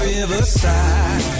Riverside